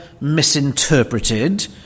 misinterpreted